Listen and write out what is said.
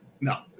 No